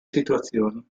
situazioni